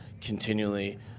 continually